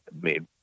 made